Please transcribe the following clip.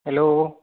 hello